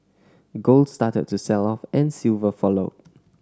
gold started to sell off and silver followed